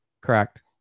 Correct